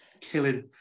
Killing